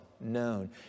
known